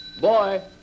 Boy